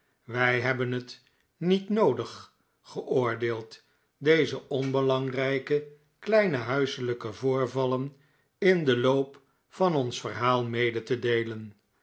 wij hebben het niet noodig geoordeeld deze onbelangrijke kleine huiselijke voorvallen in den loop van ons verhaal mede te deelen